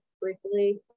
briefly